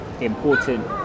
important